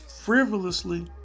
frivolously